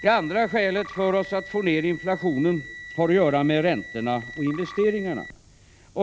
Ett andra skäl för att försöka få ned inflationen har att göra med räntorna och investeringarna.